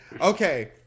okay